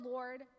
Lord